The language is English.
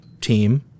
team